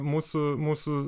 mūsų mūsų